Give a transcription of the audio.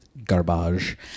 garbage